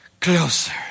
Closer